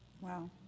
Wow